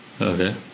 Okay